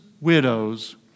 widows